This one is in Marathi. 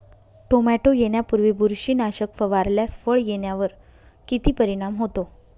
टोमॅटो येण्यापूर्वी बुरशीनाशक फवारल्यास फळ येण्यावर किती परिणाम होतो?